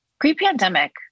pre-pandemic